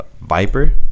Viper